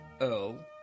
Earl